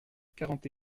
quarante